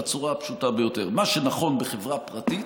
בצורה הפשוטה ביותר: מה שנכון בחברה פרטית